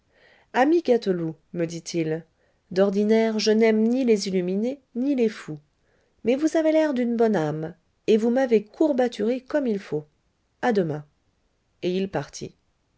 ami gâteloup me dit-il d'ordinaire je n'aime ni les illuminés ni les fous mais vous ayez l'air d'une bonne âme et vous m'avez courbaturé comme il faut a demain et il partit